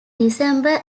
december